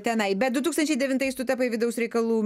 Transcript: tenai bet du tūkstančiai devintais tu tapai vidaus reikalų